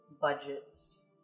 budgets